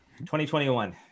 2021